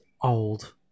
old